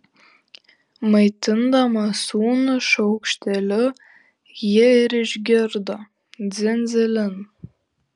maitindama sūnų šaukšteliu ji ir išgirdo dzin dzilin